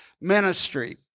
ministry